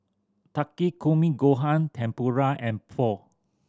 Takikomi Gohan Tempura and Pho